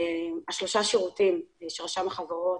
שלושת השירותים שרשם החברות,